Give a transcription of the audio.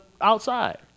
outside